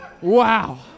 wow